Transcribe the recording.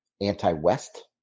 anti-West